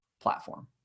platform